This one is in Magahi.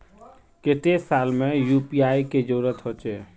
केते साल में यु.पी.आई के जरुरत होचे?